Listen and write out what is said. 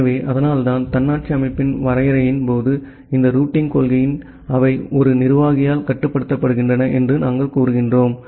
எனவே அதனால்தான் தன்னாட்சி அமைப்பின் வரையறையின் போது இந்த ரூட்டிங் கொள்கைகள் அவை ஒரு நிர்வாகியால் கட்டுப்படுத்தப்படுகின்றன என்று நாங்கள் கூறுகிறோம்